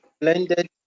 Blended